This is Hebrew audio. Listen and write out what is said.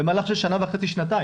במהלך של שנה וחצי-שנתיים.